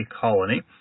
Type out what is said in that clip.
Colony